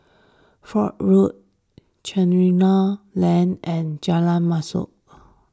Foch Road Chencharu Lane and Jalan Mashhor